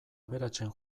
aberatsen